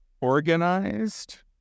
organized